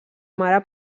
mare